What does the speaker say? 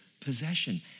possession